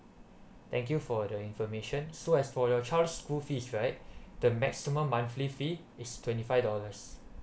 thank you for the information so as for your child school fees right the maximum monthly fee is twenty five dollars